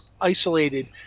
isolated